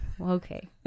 okay